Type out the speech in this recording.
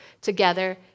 together